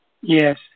Yes